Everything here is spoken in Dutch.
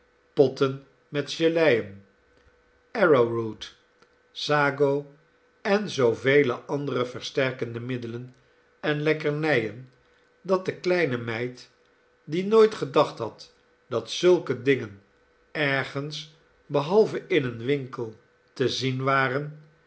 potten met geleien arrowroot sago en zoovele andere versterkende middelen en lekkernijen dat de kleine meid die nooit gedacht had dat zulke dingen ergens behalve in een winkel te zien waren